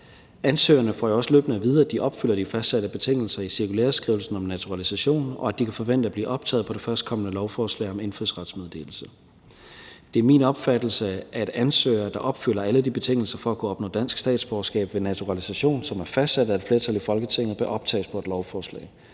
Ansøgerne får jo også løbende at vide, at de opfylder de fastsatte betingelser i cirkulæreskrivelsen om naturalisation, og at de kan forvente at blive optaget på det førstkommende lovforslag om indfødsrets meddelelse. Det er min opfattelse, at ansøgere, der opfylder alle de betingelser for at kunne opnå dansk statsborgerskab ved naturalisation, som er fastsat af et flertal i Folketinget, bør optages på et lovforslag.